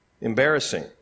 embarrassing